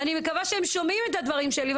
ואני מקווה שהם שומעים את הדברים שלי,